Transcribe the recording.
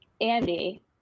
Andy